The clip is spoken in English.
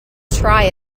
try